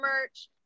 merch